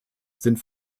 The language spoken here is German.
sind